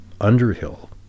underhill